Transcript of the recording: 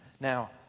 Now